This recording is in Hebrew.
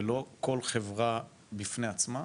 ולא כל חברה בפני עצמה?